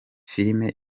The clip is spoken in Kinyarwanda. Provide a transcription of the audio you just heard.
filime